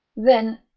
then,